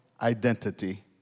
identity